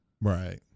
Right